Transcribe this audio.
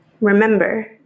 Remember